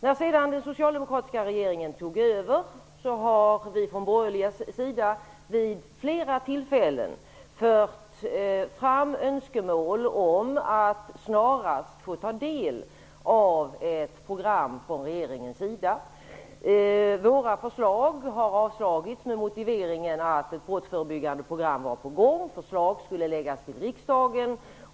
När sedan den socialdemokratiska regeringen tog över har vi från borgerliga sidan vid flera tillfällen fört fram önskemål om att snarast få ta del av ett program från regeringens sida. Våra förslag har avslagits med motiveringen att ett brottsförebyggande program var på gång. Förslag skulle läggas till riksdagen.